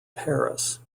paris